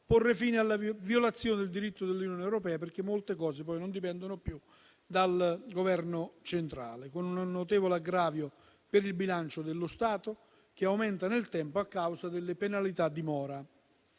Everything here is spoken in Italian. porre fine alla violazione del diritto dell'Unione europea, perché molte cose poi non dipendono più dal Governo centrale, con un notevole aggravio per il bilancio dello Stato, che aumenta nel tempo a causa delle penalità di mora.